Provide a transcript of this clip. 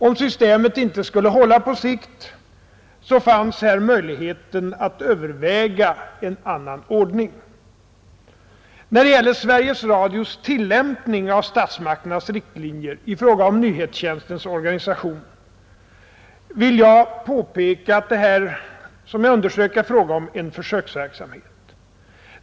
Om systemet inte skulle hålla på sikt, fanns här möjligheten att överväga en annan ordning. När det gäller Sveriges Radios tillämpning av statsmakternas riktlinjer i fråga om nyhetstjänstens organisation vill jag påpeka att det här, som jag underströk, är fråga om en försöksverksamhet.